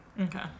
Okay